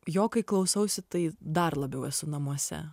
jo kai klausausi tai dar labiau esu namuose